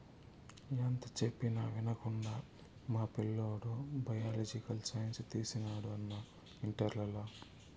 ఎంత చెప్పినా వినకుండా మా పిల్లోడు బయలాజికల్ సైన్స్ తీసినాడు అన్నా ఇంటర్లల